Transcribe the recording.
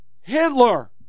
Hitler